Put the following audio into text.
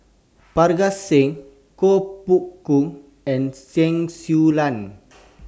Parga Singh Koh Poh Koon and Chen Su Lan